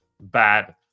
bad